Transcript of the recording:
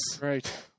Right